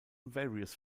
various